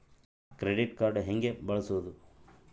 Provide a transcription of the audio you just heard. Credit card ಹೆಂಗ ಬಳಸೋದು?